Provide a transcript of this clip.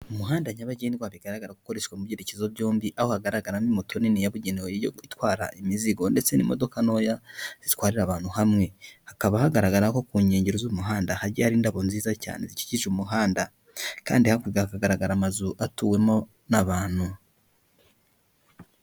Umuhanda nyabagendwa bigaragara ko ukoreshwa mu byerekezo byombi aho hagaragaramo moto nini yabugenewe yo gutwara imizigo ndetse n'imodoka ntoya zitwarira abantu hamwe hakaba hagaragara ko ku nkengero z'umuhanda hagiye hari indabo nziza cyane zikikije umuhanda kandi hakurya hagaragara amazu atuwemo n'abantu.